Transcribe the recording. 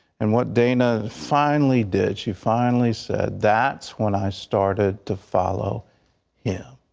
and what dana finally did, she finally said, that's when i started to follow him.